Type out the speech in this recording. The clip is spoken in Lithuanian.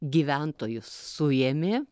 gyventojus suėmė